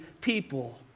people